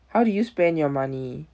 how do you spend your money